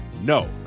No